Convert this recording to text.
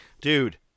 Dude